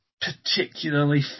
particularly